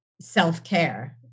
self-care